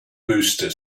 booster